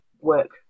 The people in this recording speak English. work